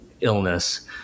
illness